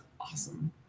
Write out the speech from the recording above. awesome